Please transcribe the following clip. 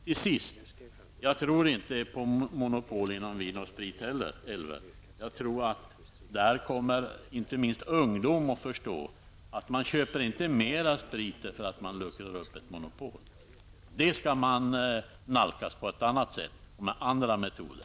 Till sist: Jag tror inte på monopol när det gäller vin och sprit heller. Jag tror att där kommer inte minst ungdomen att förstå att man inte köper mer sprit därför att monopolet luckras upp. Det problemet skall man nalkas på ett annat sätt och med andra metoder.